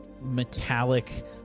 metallic